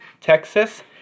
Texas